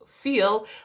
feel